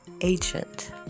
agent